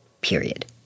Period